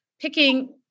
picking